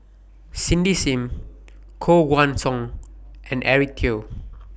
Cindy SIM Koh Guan Song and Eric Teo